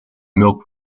milk